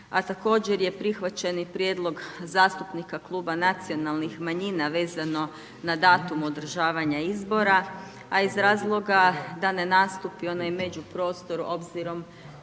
a također je prihvaćen i prijedlog zastupnika Kluba nacionalnih manjina vezano na datum održavanja izbora, a iz razloga da ne nastupi onaj međuprostor obzirom